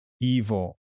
evil